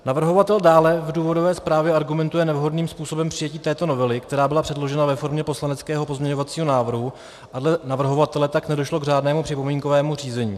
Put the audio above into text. Navrhovatel dále v důvodové zprávě argumentuje nevhodným způsobem přijetí této novely, která byla předložena ve formě poslaneckého pozměňovacího návrhu, a dle navrhovatele tak nedošlo k řádnému připomínkovému řízení.